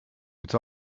but